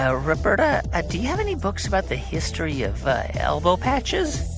ah roberta, ah do you have any books about the history of elbow patches?